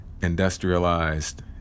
industrialized